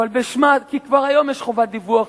כי כבר היום יש חובת דיווח,